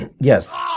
Yes